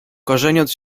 korzeniąc